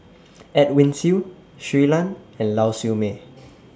Edwin Siew Shui Lan and Lau Siew Mei